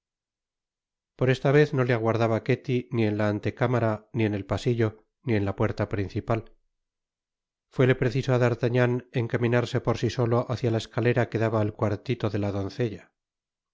por esta vez no le aguardaba ketty ni en la antecámara ni en el pasillo ni en la puerta principal fuéle preciso á d'artagnan encaminarse por si solo hácla la escalera que daba al cuartito de la doncella